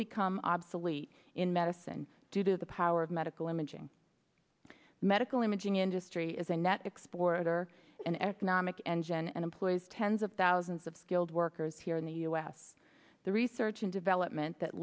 become obsolete in medicine due to the power of medical imaging medical imaging industry is a net exporter an economic engine and employs tens of thousands of skilled workers here in the us the research and development that